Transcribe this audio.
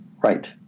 Right